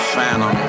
Phantom